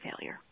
failure